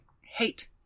hate